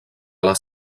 les